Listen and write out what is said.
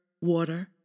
water